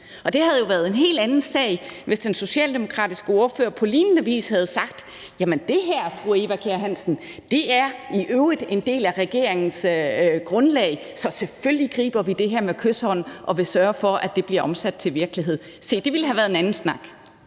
Det havde jo været en helt anden sag, hvis den socialdemokratiske ordfører på lignende vis havde sagt: Det her, fru Eva Kjer Hansen, er i øvrigt en del af regeringens grundlag, så selvfølgelig griber vi det her med kyshånd og vil sørge for, at det bliver omsat til virkelighed. Se, det ville have været en anden snak.